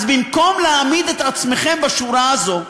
אז במקום להעמיד את עצמכם בצורה הזו,